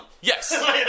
Yes